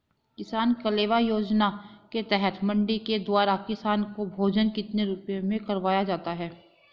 किसान कलेवा योजना के तहत मंडी के द्वारा किसान को भोजन कितने रुपए में करवाया जाता है?